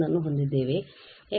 ನ್ನು ಹೊಂದಿದ್ದೇವೆ